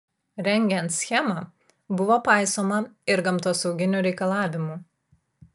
rengiant schemą buvo paisoma ir gamtosauginių reikalavimų